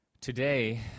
Today